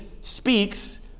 speaks